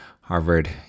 Harvard